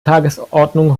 tagesordnung